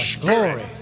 Glory